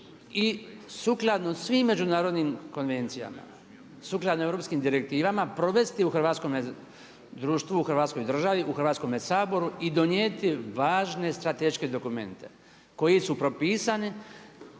i sukladno svim međunarodnim konvencijama, sukladno europskim direktivama provesti u hrvatskom društvu, Hrvatskoj državi, Hrvatskome saboru i donijeti važne strateške dokumente koji su propisani